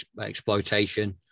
exploitation